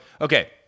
okay